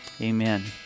amen